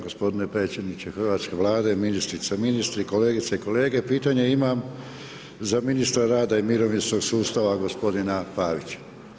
Gospodine predsjedniče Hrvatske vlade, ministrice, ministri, kolegice i kolege, pitanje imam za ministra rada i mirovinskog sustava gospodin Pavića.